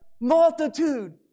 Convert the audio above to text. multitude